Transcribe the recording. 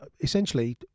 essentially